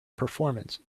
performance